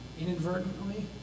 inadvertently